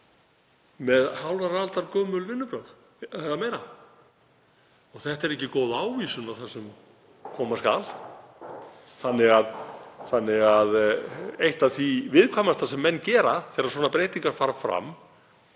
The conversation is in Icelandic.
með hálfrar aldar gömul vinnubrögð eða meira. Þetta er ekki góð ávísun á það sem koma skal. Eitt af því viðkvæmasta sem menn gera þegar svona breytingar fara fram